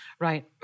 right